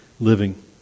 living